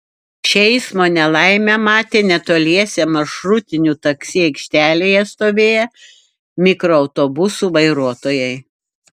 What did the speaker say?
šią eismo nelaimę matė netoliese maršrutinių taksi aikštelėje stovėję mikroautobusų vairuotojai